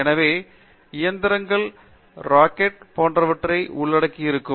எனவே இயந்திரங்கள் ராக்கெட்டுகள் போன்றவற்றை உள்ளடக்கியிருக்கும்